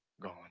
gone